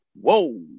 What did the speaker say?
whoa